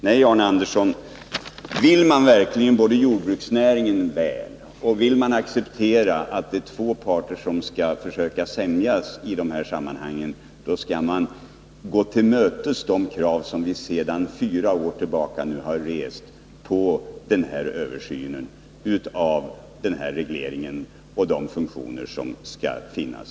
Nej, Arne Andersson, vill man verkligen jordbruksnäringens väl och vill man acceptera att det är två parter som skall försöka sämjas i det här sammanhanget, då skall man tillmötesgå de krav som vi sedan fyra år tillbaka har rest när det gäller den här översynen, den här regleringen och de funktioner som skall finnas.